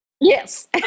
Yes